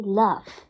love